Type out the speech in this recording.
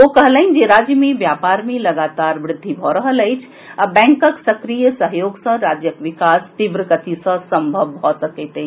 ओ कहलनि जे राज्य मे व्यापार मे लगातार वृद्धि भऽ रहल अछि आ बैंकक सक्रिय सहयोग सॅ राज्यक विकास तीव्र गति सॅ संभव भऽ सकैत अछि